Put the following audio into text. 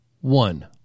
one